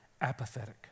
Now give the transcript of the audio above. apathetic